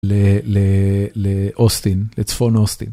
לאוסטין צפון אוסטין.